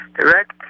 direct